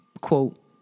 quote